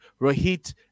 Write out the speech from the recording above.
Rohit